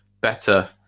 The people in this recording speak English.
better